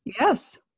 Yes